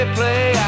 play